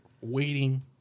waiting